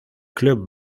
club